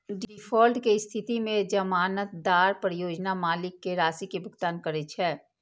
default के स्थिति मे जमानतदार परियोजना मालिक कें राशि के भुगतान करै छै